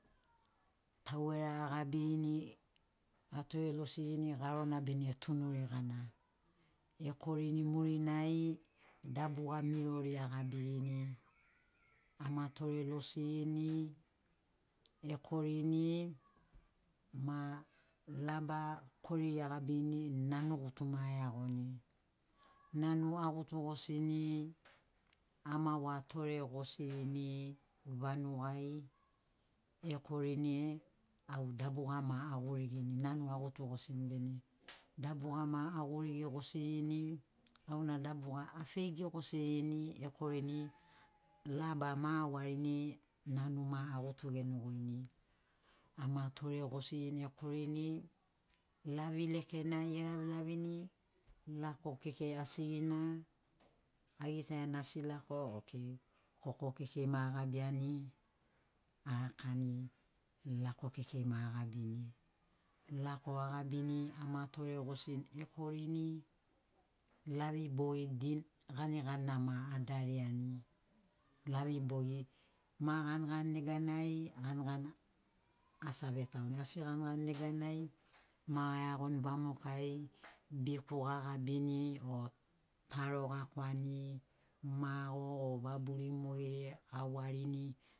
Tauela agabirini atorelosirini garona bene tunuri gana, ekorini murinai dabuga mirori agabirini amatorelosirini, ekorini ma laba koriri agabirini nanugutu ma ai iagoni. Nanu agutugosini ama watore gosirini vanugai ekorini au dabuga ma agurigirini nanu agutugosini bene. Dabuga ma agurigi gosini auna dabuga afegi gosirini, ekorini laba ma awarini nanu ma agutu genogoini. Ama toregosirini ekorini lavi lekenai e lavilavini lako kekei asigina, agitaiani asi lako, ok koko kekei ma agabiani arakani lako kekei ma agabini. Lako agabini amatoregosini ekorini, lavi bogi ganiganina ma adariani. Lavi bogi ma ganigani neganai ganigani asi avetauni, asi ganigani neganai, ma ai iagoni vamokai biku gagabini, o taro gakwani, mago o vaburi mogeri awarini